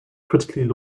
critically